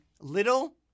Little